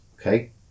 Okay